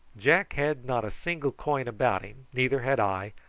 jack had not a single coin about him, neither had i,